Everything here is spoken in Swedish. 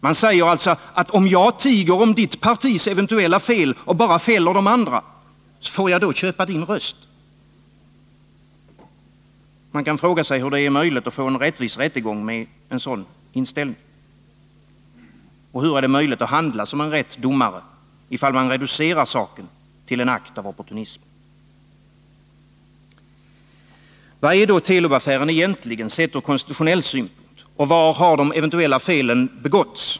Man säger alltså: Om jag tiger om ditt partis eventuella fel och bara fäller de andra, får jag då köpa din röst? Man kan fråga sig hur det är möjligt att få en rättvis rättegång med en sådan inställning. Hur är det möjligt att handla som en rättvis domare ifall man reducerar saken till en akt av opportunism? Vad är då Telub-affären egentligen, sett ur konstitutionell synpunkt, och var har de eventuella felen begåtts?